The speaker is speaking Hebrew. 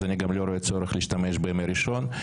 אני לא רואה צורך להשתמש בימי ראשון.